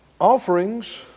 Offerings